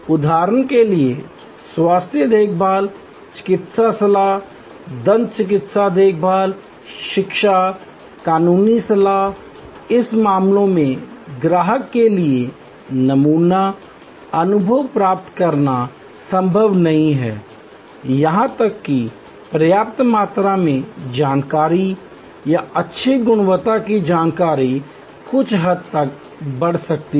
उदाहरण के लिए स्वास्थ्य देखभाल चिकित्सा सलाह दंत चिकित्सा देखभाल शिक्षा कानूनी सलाह इस मामले में ग्राहक के लिए नमूना अनुभव प्राप्त करना संभव नहीं है यहां तक कि पर्याप्त मात्रा में जानकारी या अच्छी गुणवत्ता की जानकारी कुछ हद तक बढ़ सकती है